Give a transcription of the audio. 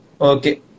Okay